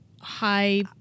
high